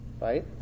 right